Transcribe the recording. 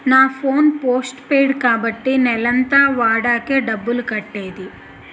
నా phone postpaid కాబట్టి నెలంతా వాడాకే డబ్బులు కట్టేది